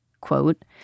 quote